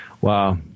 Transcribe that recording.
Wow